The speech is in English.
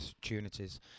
opportunities